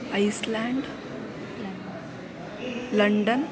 island London